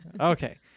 Okay